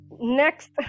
next